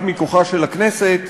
רק מכוחה של הכנסת.